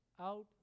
out